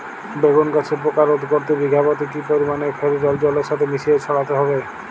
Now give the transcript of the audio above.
বেগুন গাছে পোকা রোধ করতে বিঘা পতি কি পরিমাণে ফেরিডোল জলের সাথে মিশিয়ে ছড়াতে হবে?